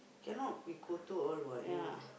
cannot we be kotor all what you